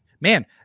Man